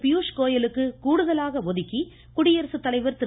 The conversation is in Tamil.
பியூஷ் கோயலுக்கு கூடுதலாக வழங்கி குடியரசுத்தலைவர் திரு